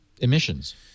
emissions